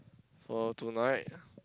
for tonight